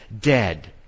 dead